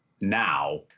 now